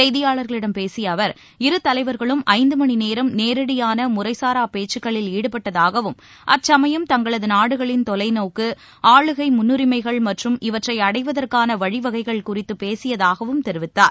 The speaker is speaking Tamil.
செய்தியாளர்களிடம் பேசிய அவர் இருதலைவர்களும் ஐந்து மணிநேரம் நேரடியான முறைசாரா பேச்சுக்களில் ஈடுபட்டதாகவும் அச்சமயம் தங்களது நாடுகளின் தொலைநோக்கு ஆளுகை முன்னுரிமைகள் மற்றும் இவற்றை அடைவதற்கான வழிவகைகள் குறித்து பேசியதாகவும் தெரிவித்தார்